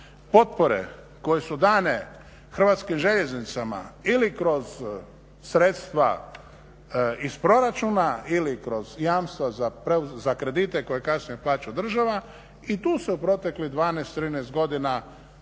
potpore koje su dane Hrvatskim željeznicama ili kroz sredstva iz proračuna ili kroz jamstva za kredite koje kasnije plaća država i tu su protekli 12, 13 godina